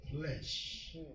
flesh